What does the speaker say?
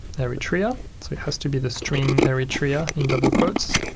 eritrea so it has to be the string eritrea, in double quotes,